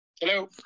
Hello